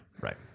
right